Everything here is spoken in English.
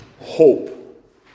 hope